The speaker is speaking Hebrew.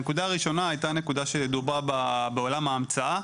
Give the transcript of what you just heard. הנקודה הראשונה דובר בה בעולם ההמצאה,